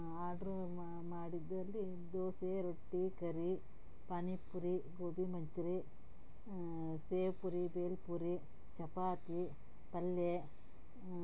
order ಮಾಡಿದಲ್ಲಿ ದೋಸೆ ರೊಟ್ಟಿ curry panipuri gobi manchuri sevpuri bhelpuri chapati ಪಲ್ಲೇ